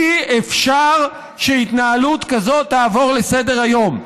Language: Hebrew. אי-אפשר שעל התנהלות כזאת נעבור לסדר-היום.